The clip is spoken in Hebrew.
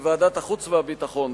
בוועדת החוץ והביטחון,